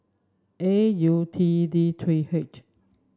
A U T D three H